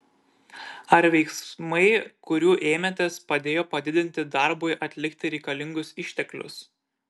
ar veiksmai kurių ėmėtės padėjo padidinti darbui atlikti reikalingus išteklius